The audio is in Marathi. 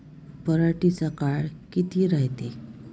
पराटीचा काळ किती रायते?